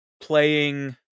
playing